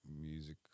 music